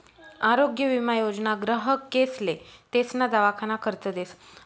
आरोग्य विमा योजना ग्राहकेसले तेसना दवाखाना खर्च देस